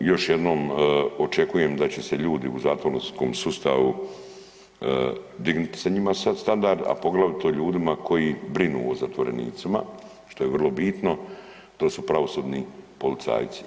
Još jednom očekujem da će se ljudi u zatvorskom sustavu dignuti se njima sad standard, a poglavito ljudima koji brinu o zatvorenicima što je vrlo bitno to su pravosudni policajci.